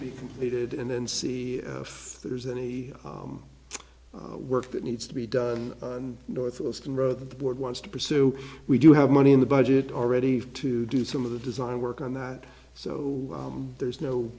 be completed and then see if there's any work that needs to be done and north of us can row the board wants to pursue we do have money in the budget already to do some of the design work on that so there's no